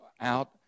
out